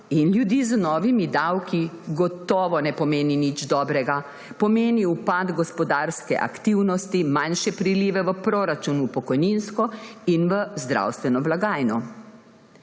in ljudi z novimi davki gotovo ne pomeni nič dobrega. Pomeni upad gospodarske aktivnosti, manjše prilive v proračun, v pokojninsko in v zdravstveno blagajno.